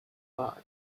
fought